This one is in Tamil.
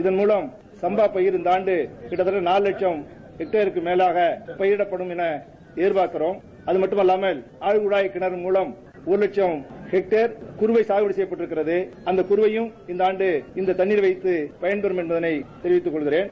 இதன் மூலம் சுப்பா பயிர் இந்த ஆண்டு கிட்டத்தட்ட நான்கு வட்சும் ஹைக்டேருக்கு மேலாக பயிரிடப்படும் என எதிபார்க்கிறோம் அதமட்டுமல்லாமல் ஆற்குமாப் கிணறு மூலம் ஒரு வட்சம் ஹெக்டேர் குறுவை சாகுபடி செப்யப்பட்டுள்ளது அந்த குறுவையும் இந்த ஆண்டு இந்த தண்ணீரர் வைத்து பயன்படும் என்பதை தெரிவித்துக் கொள்கிறேன்